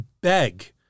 beg